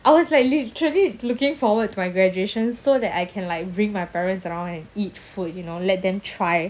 I was like literally looking forward to my graduation so that I can like bring my parents around and eat food you know let them try